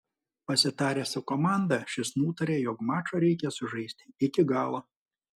pasitaręs su komanda šis nutarė jog mačą reikia sužaisti iki galo